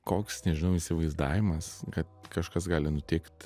koks nežinau įsivaizdavimas kad kažkas gali nutikt